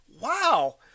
wow